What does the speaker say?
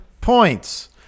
points